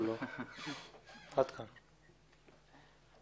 עד כאן.